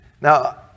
Now